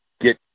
get